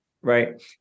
Right